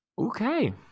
Okay